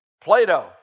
Plato